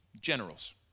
generals